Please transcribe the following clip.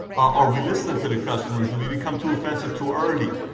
are we listening to the customers? do we become too offensive too early?